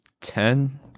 ten